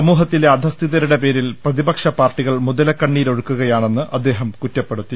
സമൂഹ ത്തിലെ അധസ്ഥിതരുടെ പേരിൽ പ്രതിപക്ഷപാർട്ടികൾ മുതലക്കണ്ണീരൊ ഴുക്കുകയാണെന്ന് അദ്ദേഹം കുറ്റപ്പെടുത്തി